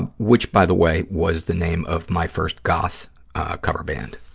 ah which, by the way, was the name of my first goth cover band.